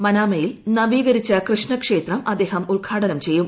മനാമയിൽ നവീകരിച്ച കൃഷ്ണക്ഷേത്രം അദ്ദേഹം ഉദ്ഘാടനം ചെയ്യും